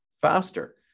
faster